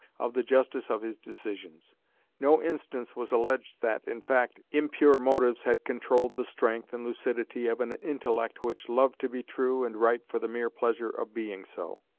of the justice of his decisions no instance was alleged that, in fact, impure motives had controlled the strength and lucidity of an intellect which loved to be true and right for the mere pleasure of being so.